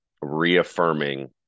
reaffirming